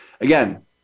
Again